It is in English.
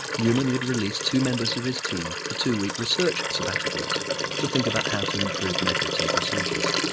newman would release two members of his team for two week research sabbaticals to think about how to improve methods and procedures.